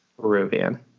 Peruvian